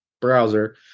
Browser